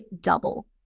double